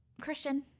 Christian –